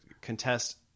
contest